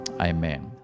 amen